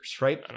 right